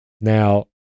Now